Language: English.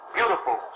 Beautiful